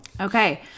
Okay